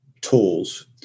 tools